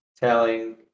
telling